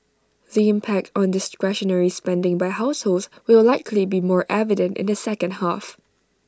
the impact on discretionary spending by households will likely be more evident in the second half